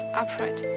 upright